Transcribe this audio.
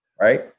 right